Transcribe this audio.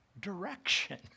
direction